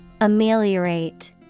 Ameliorate